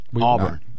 Auburn